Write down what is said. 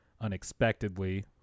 unexpectedly